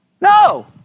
No